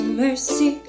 mercy